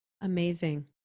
Amazing